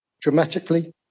dramatically